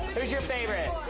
who's your favorite?